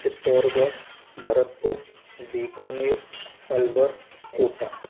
Chittorgarh Bharatpur Bikaner Alwar Kota